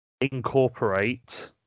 incorporate